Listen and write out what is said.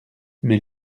mais